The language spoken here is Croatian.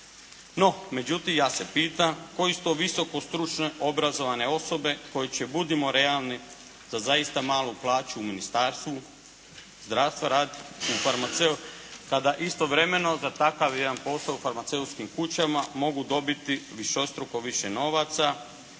No, međutim, ja se pitam, koje su to visokostručne obrazovane osobe koji će, budimo realni, za zaista malu plaću u Ministarstvu zdravstva raditi u farmaceu, kada istovremeno za takav jedan posao u farmaceutskim kućama mogu dobiti višestruko više novaca.